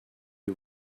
you